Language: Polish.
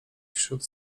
wśród